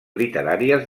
literàries